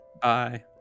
Bye